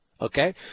Okay